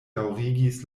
daŭrigis